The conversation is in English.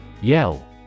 Yell